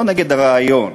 לא נגד הרעיון.